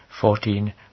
fourteen